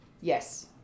Yes